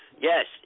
Yes